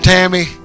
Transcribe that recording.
Tammy